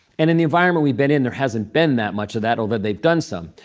and in the environment we've been in, there hasn't been that much of that, although they've done some.